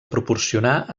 proporcionar